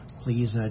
please